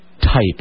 type